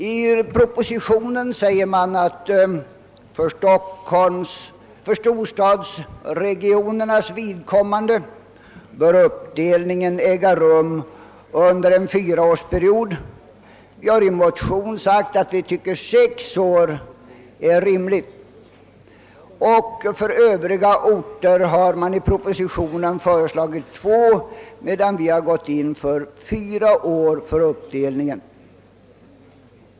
I propositionen skrivs att för storstadsregionernas vidkommande «bör uppdelningen äga rum under en fyraårsperiod; vi har i en motion framhållit att vi tycker att sex år är rimligt. För övriga orter har i propositionen föreslagits två år, medan vi har gått in för fyra år för uppdelningen.